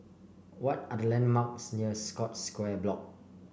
what are the landmarks near Scotts Square Block